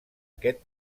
aquest